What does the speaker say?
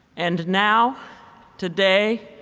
and now today